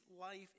life